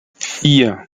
vier